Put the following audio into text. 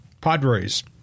Padres